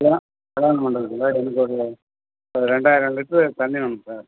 கல்யாண கல்யாண மண்டபத்தில் எனக்கு ஒரு ஒரு ரெண்டாயிரம் லிட்ரு தண்ணி வேணும் சார்